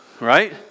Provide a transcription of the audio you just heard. right